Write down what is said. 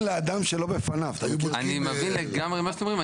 --- אני מבין לגמרי מה שאתם אומרים.